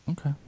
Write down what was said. okay